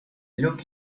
look